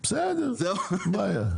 בסדר, אין בעיה.